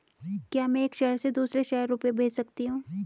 क्या मैं एक शहर से दूसरे शहर रुपये भेज सकती हूँ?